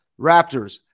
Raptors